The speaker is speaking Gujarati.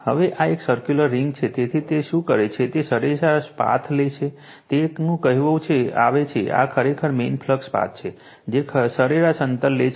હવે આ એક સર્કુલર રિંગ છે તેથી તે શું કરશે તે સરેરાશ પાથ લેશે તેવું કહેવામાં આવે છે આ ખરેખર મેઇન ફ્લક્સ પાથ છે જે સરેરાશ અંતર લેશે